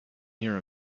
here